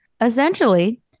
Essentially